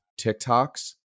TikToks